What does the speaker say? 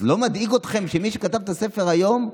אז לא מדאיג אתכם שמי שכתב את הספר היום,